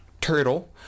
turtle